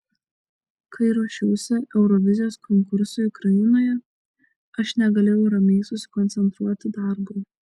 kai ruošiausi eurovizijos konkursui ukrainoje aš negalėjau ramiai susikoncentruoti darbui